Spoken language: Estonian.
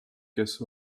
kes